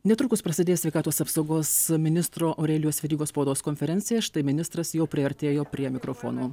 netrukus prasidės sveikatos apsaugos ministro aurelijaus verygos spaudos konferencija štai ministras jau priartėjo prie mikrofono